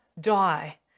die